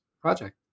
project